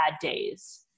days